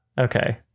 okay